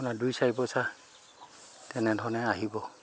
আপোনাৰ দুই চাৰি পইচা তেনেধৰণে আহিব